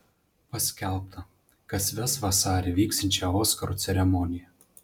paskelbta kas ves vasarį vyksiančią oskarų ceremoniją